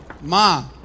Ma